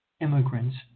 immigrants